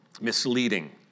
Misleading